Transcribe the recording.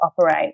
operate